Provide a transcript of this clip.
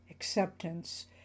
acceptance